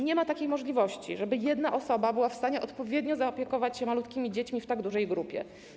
Nie ma takiej możliwości, żeby jedna osoba była w stanie odpowiednio zaopiekować się malutkimi dziećmi w tak dużej grupie.